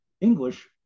English